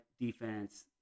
defense